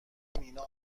مینا